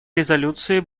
резолюции